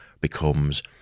becomes